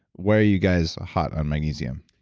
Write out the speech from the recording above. why are you guys hot on magnesium?